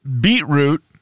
Beetroot